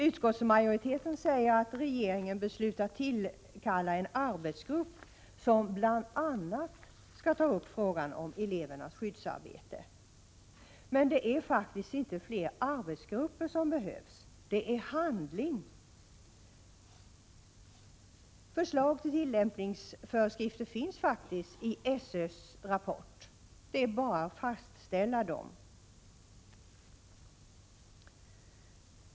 Utskottsmajoriteten säger att regeringen beslutat tillkalla en arbetsgrupp, som bl.a. skall ta upp frågan om elevernas skyddsarbete. Men det är faktiskt inte fler arbetsgrupper som behövs, det är handling! Förslag till tillämpningsföreskrifter finns faktiskt i SÖ:s rapport. Det är bara att fastställa dem.